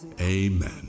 Amen